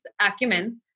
acumen